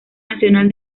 nacional